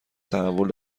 تحول